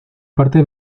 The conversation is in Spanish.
parte